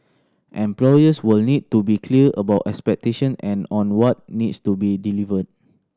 employers will need to be clear about expectations and on what needs to be delivered